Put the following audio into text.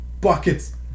buckets